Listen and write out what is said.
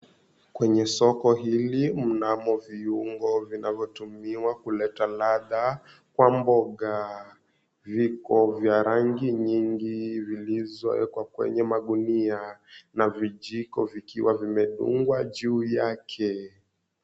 Kwenye soko hili mnamo viungo vinavyotumiwa kuleta ladha kwa mboga. Viko vya rangi nyingi zilizowekwa kwenye magunia na vijiko vikiwa vimedungwa juu yake.